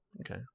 Okay